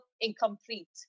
incomplete